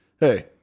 Hey